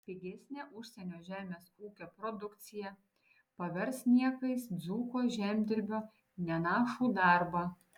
pigesnė užsienio žemės ūkio produkcija pavers niekais dzūko žemdirbio nenašų darbą